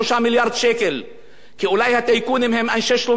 כי אולי הטייקונים הם אנשי שלומם של אנשי הממשלה הזאת,